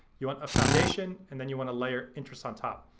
you want a foundation and then you want to layer interests on top.